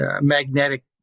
magnetic